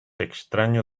extraño